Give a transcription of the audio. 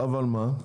אבל מה,